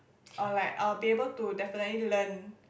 or like I'll be able to definitely learn